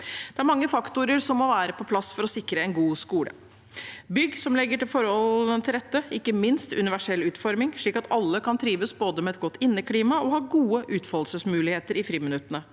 Det er mange faktorer som må være på plass for å sikre en god skole. Vi trenger bygg som legger forholdene til rette, ikke minst med universell utforming, slik at alle kan trives og ha både godt inneklima og gode utfoldelsesmuligheter i friminuttene.